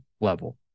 level